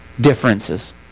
differences